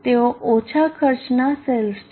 તેઓ ઓછા ખર્ચનાં સેલ્સ છે